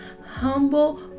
humble